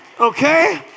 okay